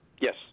Yes